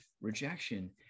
rejection